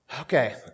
Okay